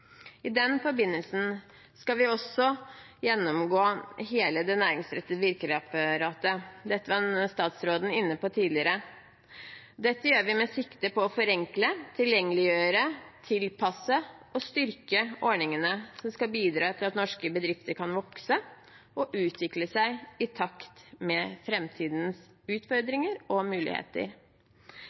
I den forbindelse skal vi også gjennomgå hele det næringsrettede virkemiddelapparatet. Dette var statsråden inne på tidligere. Dette gjør vi med sikte på å forenkle, tilgjengeliggjøre, tilpasse og styrke ordningene som skal bidra til at norske bedrifter kan vokse og utvikle seg i takt med framtidens utfordringer og muligheter.